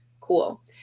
cool